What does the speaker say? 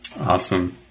Awesome